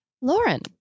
Lauren